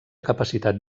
capacitat